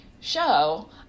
show